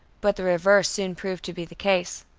but the reverse soon proved to be the case.